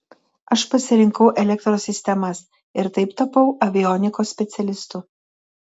aš pasirinkau elektros sistemas ir taip tapau avionikos specialistu